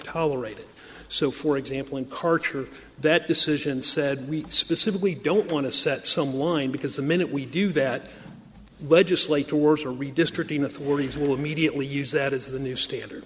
tolerated so for example in karcher that decision said we specifically don't want to set some line because the minute we do that legislator words are redistricting authorities will immediately use that as the new standard